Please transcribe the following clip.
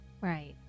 Right